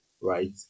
right